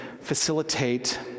facilitate